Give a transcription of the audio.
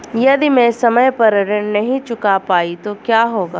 यदि मैं समय पर ऋण नहीं चुका पाई तो क्या होगा?